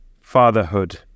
fatherhood